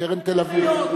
קרן תל-אביב.